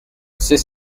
c’est